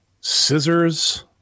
scissors